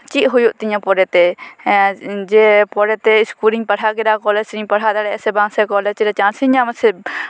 ᱪᱮᱫ ᱦᱩᱭᱩᱜ ᱛᱤᱧᱟᱹ ᱯᱚᱨᱮᱛᱮ ᱦᱮᱸ ᱡᱮ ᱯᱚᱨᱮᱛᱮ ᱤᱥᱠᱩᱞ ᱨᱤᱧ ᱯᱟᱲᱦᱟᱣ ᱠᱮᱫᱟ ᱠᱚᱞᱮᱡ ᱨᱤᱧ ᱯᱟᱲᱦᱟᱣ ᱫᱟᱲᱮᱭᱟᱜᱼᱟ ᱥᱮ ᱵᱟᱝ ᱥᱮ ᱠᱚᱞᱮᱡ ᱨᱮ ᱪᱟᱱᱥ ᱤᱧ ᱧᱟᱢ ᱟᱥᱮ